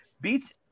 Beats